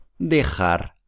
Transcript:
Dejar